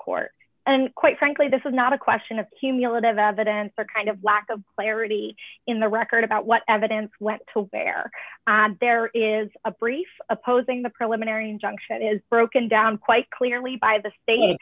court and quite frankly this was not a question of humility of evidence or kind of lack of clarity in the record about what evidence went to where there is a brief opposing the preliminary injunction that is broken down quite clearly by the state